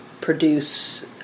produce